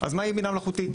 אז מהי בינה מלאכותית?